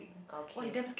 okay